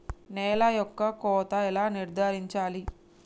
నేల యొక్క కోత ఎలా నిర్ధారించాలి?